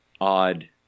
odd